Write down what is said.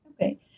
Okay